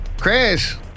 Chris